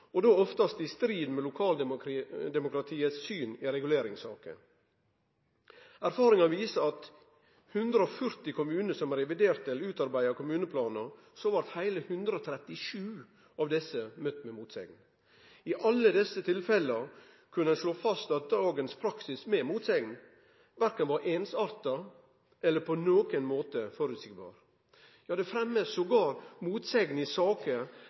oftast i strid med lokaldemokratiets syn i reguleringssaker. Erfaringar viser at av 140 kommuner som reviderte eller utarbeidde kommuneplanar, blei heile 137 møtte med motsegn. I alle desse tilfella kunne ein slå fast at dagens praksis med motsegn verken var einsarta eller på nokon måte føreseieleg. Ja, det blir til og med fremma motsegn i saker